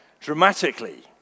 dramatically